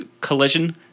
collision